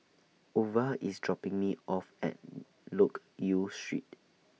Ova IS dropping Me off At Loke Yew Street